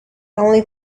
only